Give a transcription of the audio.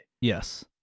yes